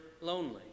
lonely